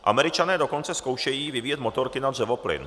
Američané dokonce zkoušejí vyvíjet motorky na dřevoplyn.